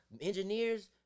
Engineers